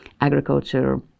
agriculture